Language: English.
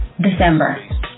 December